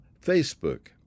Facebook